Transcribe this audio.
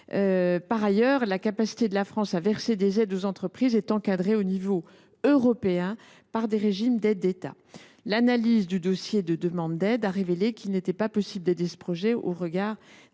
Par ailleurs, la capacité de la France à verser des aides aux entreprises est encadrée à l’échelon européen par des régimes d’aides d’État. L’analyse du dossier de demande d’aide a révélé qu’il n’était pas possible d’aider ce projet au regard des régimes